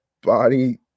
body